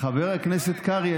חבר הכנסת קרעי,